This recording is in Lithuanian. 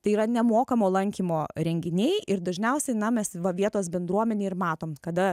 tai yra nemokamo lankymo renginiai ir dažniausiai na mes va vietos bendruomenę ir matom kada